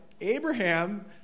abraham